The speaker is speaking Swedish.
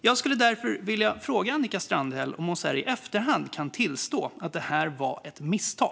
Jag skulle därför vilja fråga Annika Strandhäll om hon så här i efterhand kan tillstå att detta var ett misstag.